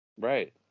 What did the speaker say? Right